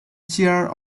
cheer